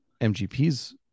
MGP's